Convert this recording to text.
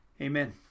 Amen